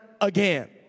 again